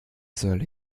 soll